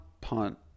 punt